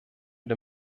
der